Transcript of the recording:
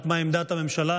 רק מה עמדת הממשלה?